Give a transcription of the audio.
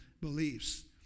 beliefs